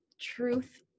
truth